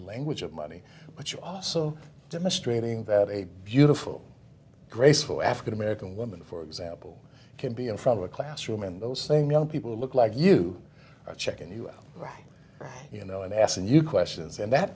language of money but you also demonstrating that a beautiful graceful african american woman for example can be in front of a classroom and those same young people who look like you are checking you out you know and asking you questions and that